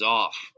off